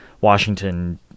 Washington